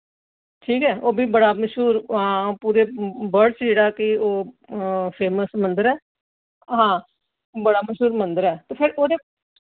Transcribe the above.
ठीक ऐ ओह् बी बड़ा मश्हूर हां पूरे वर्ल्ड च जेह्ड़ा के ओह् फेमस मंदर ऐ हां बड़ा मश्हूर मंदर ऐ ते फिर ओह्दे